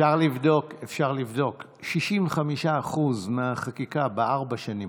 אפשר לבדוק: 65% מהחקיקה בארבע השנים,